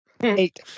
eight